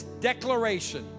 declaration